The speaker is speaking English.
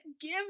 Give